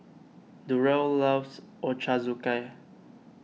Durrell loves Ochazuke